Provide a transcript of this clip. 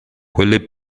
quelle